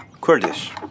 Kurdish